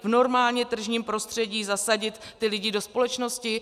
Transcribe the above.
V normálně tržním prostředí zasadit ty lidi do společnosti?